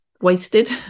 wasted